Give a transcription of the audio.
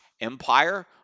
Empire